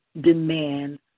demand